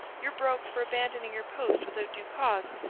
you're broke for abandoning your post without due cause,